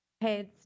heads